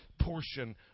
portion